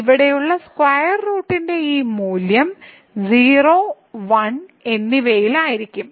ഇവിടെയുള്ള സ്ക്വയർ റൂട്ടിന്റെ ഈ മൂല്യം 0 1 എന്നിവയിലായിരിക്കും